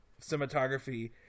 cinematography